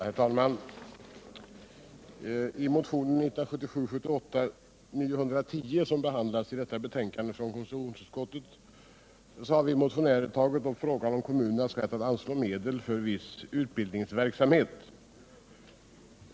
Herr talman! I motionen 1977/78:910, som behandlas i förevarande betänkande från konstitutionsutskottet, har vi motionärer tagit upp frågan om kommunernas rätt att anslå medel för viss utbildningsverksamhet.